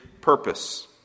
purpose